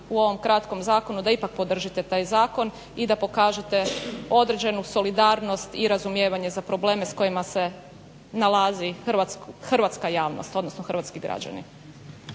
u ovom kratkom zakonu da ipak podržite taj zakon i da pokažete određenu solidarnost i razumijevanje za probleme s kojima se nalazi hrvatska javnost, odnosno hrvatski građani.